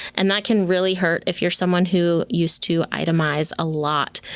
and that can really hurt if you're someone who used to itemize a lot,